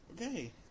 Okay